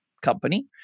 company